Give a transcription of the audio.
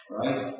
right